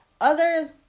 others